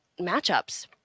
matchups